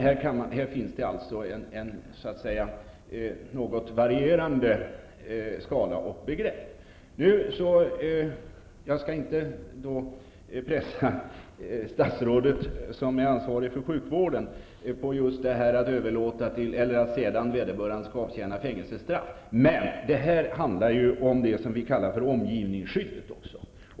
Här finns något varierande skalor och begrepp. Jag skall inte pressa statsrådet, som är ansvarig för sjukvården, när det gäller frågan om vederbörande skall avtjäna fängelsestraff, men det handlar också om det vi kallar för omgivningsskyddet.